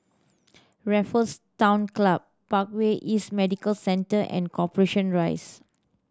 Raffles Town Club Parkway East Medical Centre and Corporation Rise